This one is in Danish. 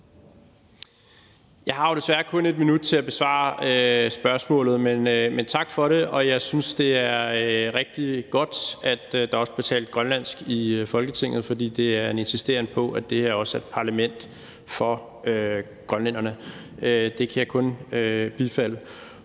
Jeg har jo desværre kun 1 minut til at besvare spørgsmålet, men tak for det, og jeg synes, det er rigtig godt, at der også bliver talt grønlandsk i Folketinget. For det er en insisteren på, at det her også er et parlament for grønlænderne. Det kan jeg kun bifalde,